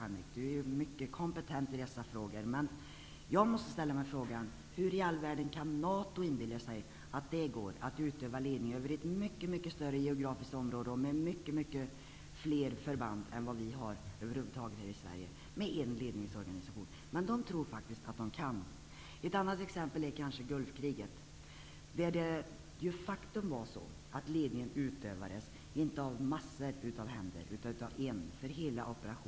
Han är ju mycket kompentent i dessa frågor. Jag måste då fråga: Hur kan NATO inbilla sig att det går att utöva ledning över ett mycket mycket större geografiskt område och med mycket fler förband än vad vi har här i Sverige, med en ledningsorganisation? De tror att de kan det. Ett annat exempel är Gulfkriget. Ledningen för hela operation Gulfkriget utövades faktiskt, inte av massor av händer, utan av en.